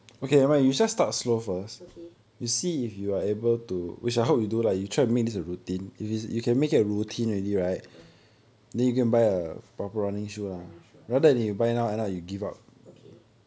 okay ah running shoe ah okay